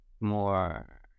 more